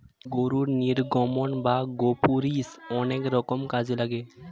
গরুর নির্গমন বা গোপুরীষ অনেক রকম কাজে লাগে